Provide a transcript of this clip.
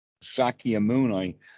Sakyamuni